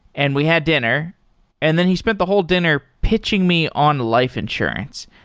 and we had dinner and then he spent the whole dinner pitching me on life insurance.